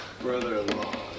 brother-in-law